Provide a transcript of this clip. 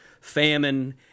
famine